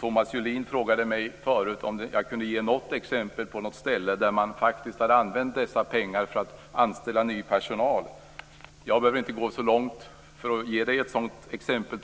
Thomas Julin frågade mig förut om jag kunde ge något exempel på ett ställe där man faktiskt har använt dessa pengar till att anställa ny personal. Jag behöver inte gå så långt för att ge Thomas Julin ett sådant exempel.